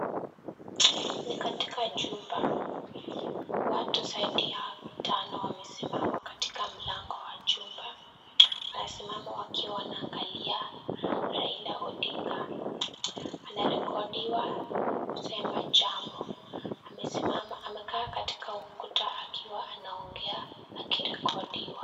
Ni katika jumba watu zaidi ya watano wamesimama katika mlango wa jumba wanasimama wakiwa wanaangalia Raila Odinga. Anarekodiwa kusema jambo amesimama amekaa katika ukuta akiwa anaongea akirekodiwa.